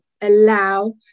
allow